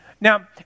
Now